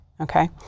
Okay